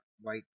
white